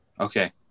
Okay